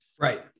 Right